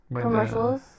commercials